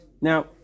Now